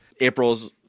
April's